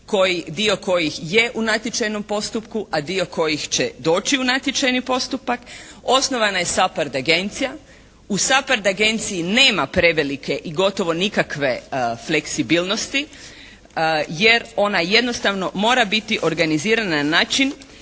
dio kojih je u natječajnom postupku, a dio kojih će doći u natječajni postupak. Osnovana je «SAPHARD» agencija. U «SAPHARD» agenciji nema prevelike i gotovo nikakve fleksibilnosti jer ona jednostavno mora biti organizirana na način